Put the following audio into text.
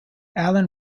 allen